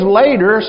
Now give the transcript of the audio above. later